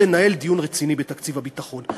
לנהל דיון רציני בתקציב הביטחון.